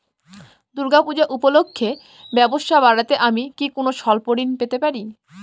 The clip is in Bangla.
দূর্গা পূজা উপলক্ষে ব্যবসা বাড়াতে আমি কি কোনো স্বল্প ঋণ পেতে পারি?